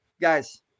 guys